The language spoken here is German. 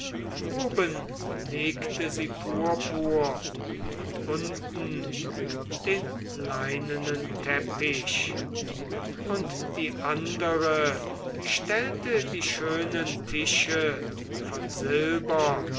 oben legte sie purpur und unten den leinenen teppich und die andere stellte die schönen tische von silber